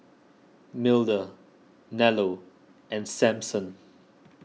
Milda Nello and Samson